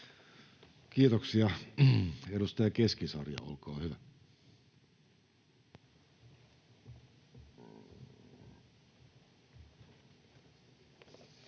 Kiitoksia. — Edustaja Keskisarja, olkaa hyvä. Arvoisa